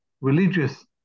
religious